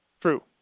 True